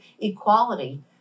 equality